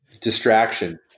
distraction